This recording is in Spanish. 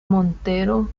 montero